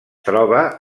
troba